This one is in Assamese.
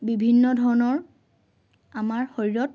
বিভিন্ন ধৰণৰ আমাৰ শৰীৰত